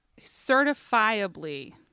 Certifiably